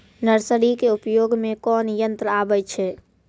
Nursery के उपयोग मे कोन यंत्र आबै छै?